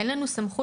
אין לנו סמכות,